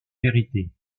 vérité